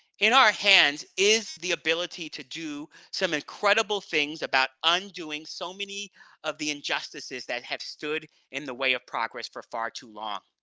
in our hands is the ability to do some incredible things about undoing so many of the injustices that have stood in the way of progress for far too long.